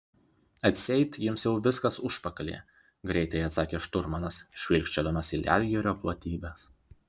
atseit jums jau viskas užpakalyje greitai atsakė šturmanas žvilgčiodamas į ledjūrio platybes